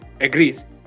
agrees